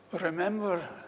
Remember